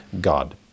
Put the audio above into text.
God